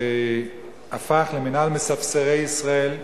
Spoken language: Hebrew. שהפך למינהל מספסרי ישראל.